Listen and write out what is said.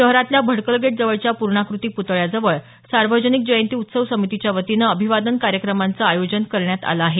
शहरातल्या भडकलगेट जवळच्या पुर्णाकृती पुतळ्याजवळ सार्वजनिक जयंती उत्सव समितीच्या वतीनं अभिवादन कार्यक्रमांचं आयोजन करण्यात आलं आहे